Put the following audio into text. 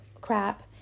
crap